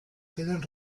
queden